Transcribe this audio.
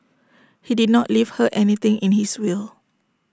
he did not leave her anything in his will